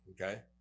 okay